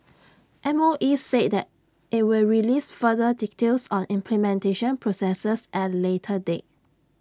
M O E said IT will release further details on implementation processes at A later date